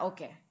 Okay